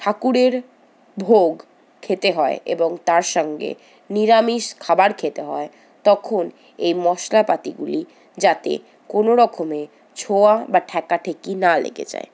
ঠাকুরের ভোগ খেতে হয় এবং তার সঙ্গে নিরামিষ খাবার খেতে হয় তখন এই মশলাপাতিগুলি যাতে কোনোরকমে ছোঁয়া বা ঠেকাঠকি না লেগে যায়